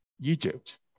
Egypt